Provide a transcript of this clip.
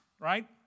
right